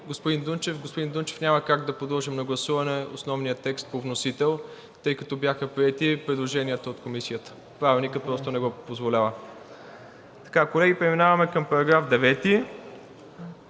господин Дунчев – господин Дунчев, няма как да подложим на гласуване основния текст по вносител, тъй като бяха приети предложенията от Комисията. Правилникът просто не го позволява. Колеги, преминаваме към § 9.